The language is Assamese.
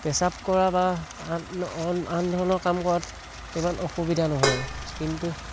পেচাব কৰা বা আন ধৰণৰ কাম কৰাটো ইমান অসুবিধা নহয় কিন্তু